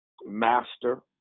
Master